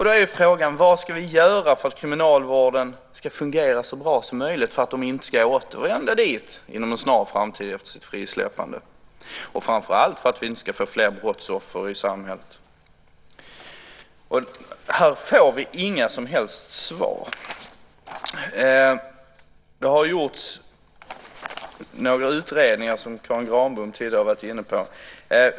Då är frågan vad vi ska göra för att kriminalvården ska fungera så bra som möjligt, så att de inte inom en snar framtid efter frisläppandet ska återvända dit, och framför allt för att vi inte ska få fler brottsoffer i samhället. Här får vi inga som helst svar. Det har gjorts några utredningar som Karin Granbom tidigare har varit inne på.